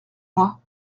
moi